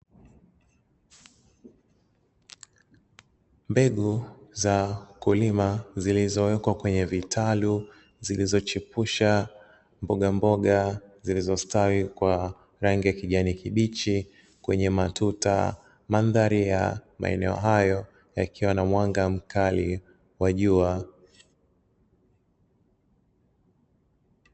Mbegu za kulima zilizowekwa kwenye vitalu zilizochipusha mbogamboga zilizostawi kwa rangi ya kijani kibichi kwenye matuta, mandhari ya maeneo hayo yakiwa na mwanga mkali wa jua.